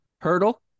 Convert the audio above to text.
hurdle